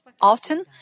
often